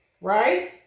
right